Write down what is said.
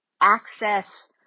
access